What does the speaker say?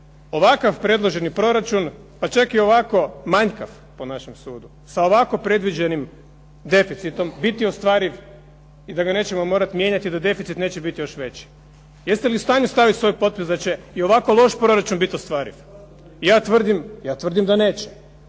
ovako predloženi proračun, pa čak i ovako manjkav po našem sudu sa ovako predviđenim deficitom biti ostvariv i da ga nećemo morati mijenjati, da deficit neće biti još veći. Jeste li u stanju staviti svoj potpis da će i ovako loš proračun biti ostvariv. Ja tvrdim da neće,